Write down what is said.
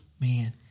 Man